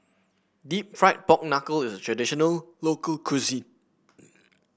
deep fried Pork Knuckle is a traditional local cuisine